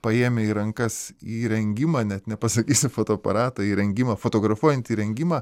paėmę į rankas įrengimą net nepasakysi fotoaparatą įrengimą fotografuojantį rengimą